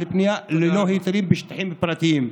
על בנייה ללא היתרים בשטחים פרטיים.